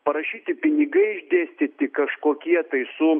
parašyti pinigai išdėstyti kažkokie tai su